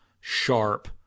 sharp